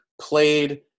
played